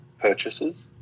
purchases